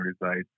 resides